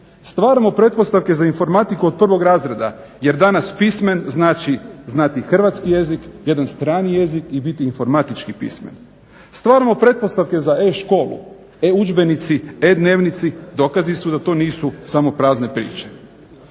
Stvaramo pretpostavke za informatiku od 1. razreda jer danas pismen znači znati hrvatski jezik, jedan strani jezik i biti informatički pismen. Stvaramo pretpostavke za e-školu, e-udžbenici, e-dnevnici dokazi su da to nisu samo prazne priče.